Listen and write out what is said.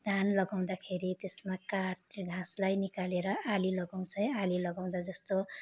धान लगाउँदाखेरि त्यसमा काट ए घाँसलाई निकालेर आली लगाउँछ है आली लगाउँदा जस्तो